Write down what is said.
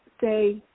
say